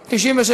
96,